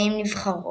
נשיא אופ"א,